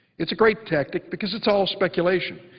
it's a great tactic because it's all speculation,